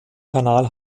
kanal